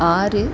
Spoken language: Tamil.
ஆறு